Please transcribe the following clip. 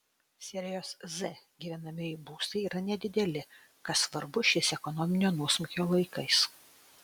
serijos z gyvenamieji būstai yra nedideli kas svarbu šiais ekonominio nuosmukio laikais